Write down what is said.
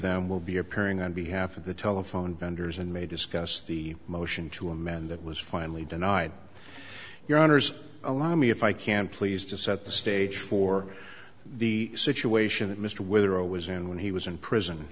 them will be appearing on behalf of the telephone vendors and may discuss the motion to amend that was finally denied your honors allow me if i can please to set the stage for the situation that mr whether i was in when he was in prison